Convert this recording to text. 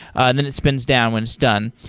and then it spins down when it's done.